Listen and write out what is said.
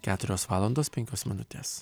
keturios valandos penkios minutės